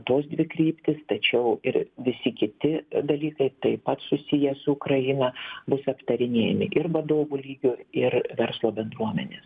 tos dvi kryptys tačiau ir visi kiti dalykai taip pat susiję su ukraina bus aptarinėjami ir vadovų lygiu ir verslo bendruomenės